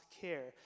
care